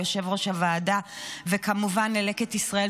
ליושב-ראש הוועדה וכמובן ללקט ישראל,